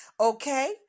okay